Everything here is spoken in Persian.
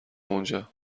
اونجا